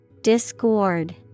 Discord